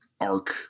arc